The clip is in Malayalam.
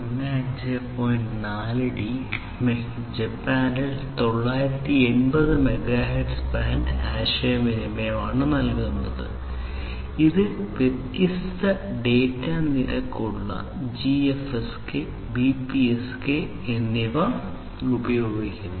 4d ജപ്പാനിൽ 980 മെഗാഹെർട്സ് ബാൻഡ് ആശയവിനിമയം നൽകുന്നു ഇത് വ്യത്യസ്ത ഡാറ്റ നിരക്കുകളുള്ള GFSK BPSK എന്നിവ ഉപയോഗിക്കുന്നു